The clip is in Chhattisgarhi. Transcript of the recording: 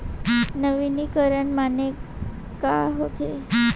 नवीनीकरण माने का होथे?